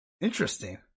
Interesting